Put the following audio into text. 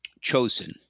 chosen